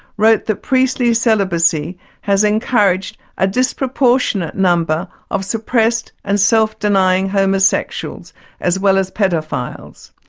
wrote that priestly celibacy has encouraged a disproportionate number of suppressed and self-denying homosexuals as well as paedophiles.